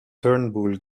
turnbull